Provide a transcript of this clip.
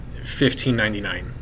$15.99